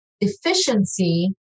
efficiency